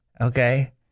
Okay